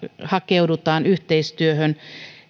hakeudutaan yhteistyöhön